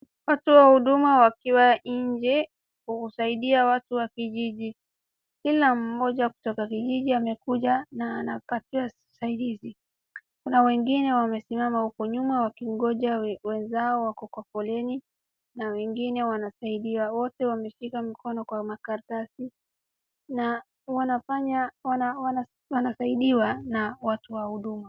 Watu wa huduma wakiwa nje husaidia watu wa kijiji. Kila mmoja kutoka Kijiji amekuja na anapatia usaidizi. Na wengini wamesimama huko nyuma wakingoja wenzao wako kwa foleni. Na wengine wanasaidia wote wameshika mkono kwa makaratasi. Na wanafanya, wanasaidiwa na watu wa huduma.